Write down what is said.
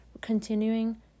continuing